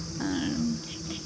ᱟᱨ